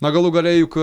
na galų gale juk